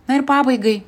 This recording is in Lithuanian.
na ir pabaigai